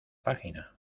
página